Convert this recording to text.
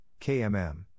KMM